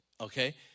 Okay